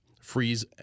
Freeze